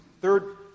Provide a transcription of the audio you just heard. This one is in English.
third